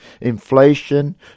inflation